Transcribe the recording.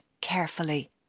carefully